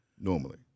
Normally